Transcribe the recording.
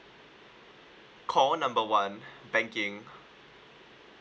call number one banking